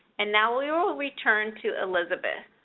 and now we will return to elizabeth